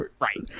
Right